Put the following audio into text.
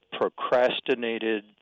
procrastinated